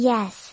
Yes